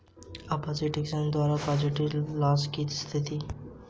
property insurance के द्वारा property loss की स्थिति में आर्थिक सहायता प्राप्त की जाती है